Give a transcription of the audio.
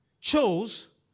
chose